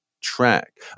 track